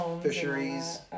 fisheries